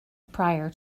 prior